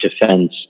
Defense